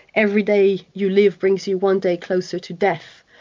every day you live brings you one day closer to death.